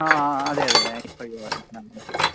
ആ ആ അതെ അതെ അതെ ആ ഓക്കെ